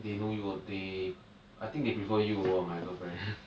they know you they I think they prefer you over my girlfriend